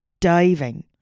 diving